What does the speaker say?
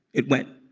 it went